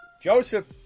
Joseph